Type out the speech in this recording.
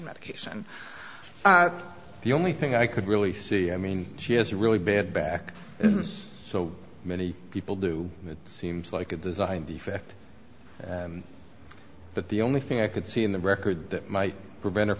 medication the only thing i could really see i mean she has a really bad back and so many people do it seems like a design defect but the only thing i could see in the record that might prevent